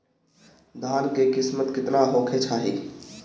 धान के किमत केतना होखे चाही?